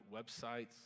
websites